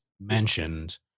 mentioned